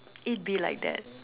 it be like that